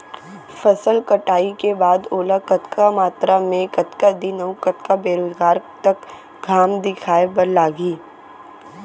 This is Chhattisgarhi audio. फसल कटाई के बाद ओला कतका मात्रा मे, कतका दिन अऊ कतका बेरोजगार तक घाम दिखाए बर लागही?